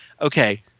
okay